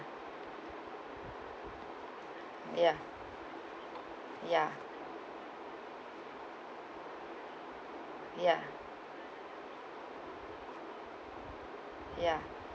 ya ya ya ya